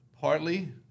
Partly